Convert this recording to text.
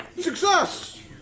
Success